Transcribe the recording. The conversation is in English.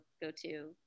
go-to